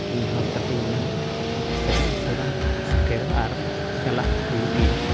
ᱱᱮᱦᱚᱨ ᱠᱟᱛᱮᱫᱤᱧ ᱢᱮᱱᱮᱫᱼᱟ ᱟᱹᱰᱤ ᱩᱥᱟᱹᱨᱟᱢ ᱥᱮᱴᱮᱨᱟ ᱟᱨ ᱪᱟᱞᱟᱜ ᱦᱩᱭᱩᱜ ᱜᱮᱭᱟ